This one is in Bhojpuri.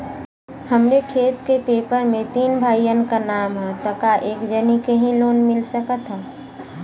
हमरे खेत के पेपर मे तीन भाइयन क नाम ह त का एक जानी के ही लोन मिल सकत ह?